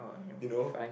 you know